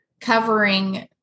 covering